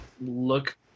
look